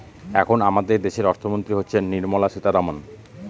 এখন আমাদের দেশের অর্থমন্ত্রী হচ্ছেন নির্মলা সীতারামন